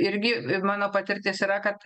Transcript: irgi ir mano patirtis yra kad